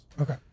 okay